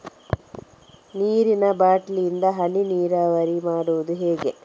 ನೀರಿನಾ ಬಾಟ್ಲಿ ಇಂದ ಹನಿ ನೀರಾವರಿ ಮಾಡುದು ಹೇಗೆ?